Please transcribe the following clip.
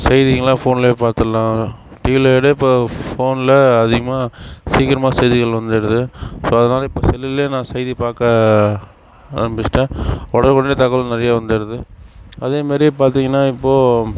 செய்திகள்லாம் ஃபோன்லேயே பார்த்தரலாம் டிவியில் விட இப்போ ஃபோனில் அதிகமாக சீக்கிரமாக செய்திகள் வந்திடுது ஸோ அதனால் இப்போ செல்லுலேயே நான் செய்தி பார்க்க ஆரம்பிச்சுட்டேன் உடனுக்குடனே தகவல் நிறைய வந்துருது அதே மாதிரி பார்த்தீங்கனா இப்போ